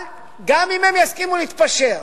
גם אם הם יסכימו להתפשר,